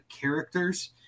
characters